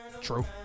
True